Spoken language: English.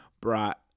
brought